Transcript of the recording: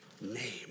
name